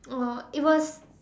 uh it was